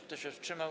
Kto się wstrzymał?